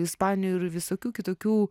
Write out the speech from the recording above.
ispanijų ir visokių kitokių